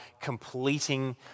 completing